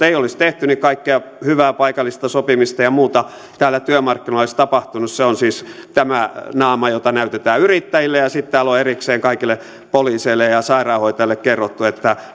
ei olisi tehty niin kaikkea hyvää paikallista sopimista ja muuta täällä työmarkkinoilla olisi tapahtunut se on siis tämä naama jota näytetään yrittäjille sitten täällä on erikseen kaikille poliiseille ja ja sairaanhoitajille kerrottu että